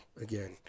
again